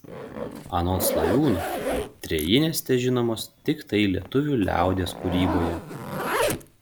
anot slaviūno trejinės težinomos tiktai lietuvių liaudies kūryboje